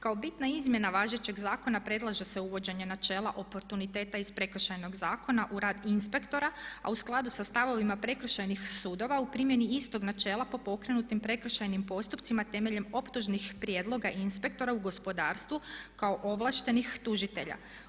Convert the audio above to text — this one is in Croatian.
Kao bitna izmjena važećeg zakona predlaže se uvođenje načela oportuniteta iz Prekršajnog zakona u rad inspektora, a u skladu sa stavovima Prekršajnih sudova u primjeni istog načela po pokrenutim prekršajnim postupcima temeljem optužnih prijedloga i inspektora u gospodarstvu kao ovlaštenih tužitelja.